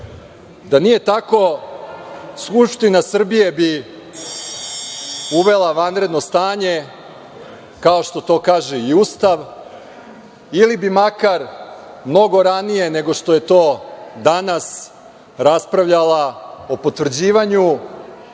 Da nije tako Skupština Srbije bi uvela vanredno stanje, kao što to kaže i Ustav, ili bi makar mnogo ranije nego što je to danas raspravljala o potvrđivanju